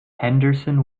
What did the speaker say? henderson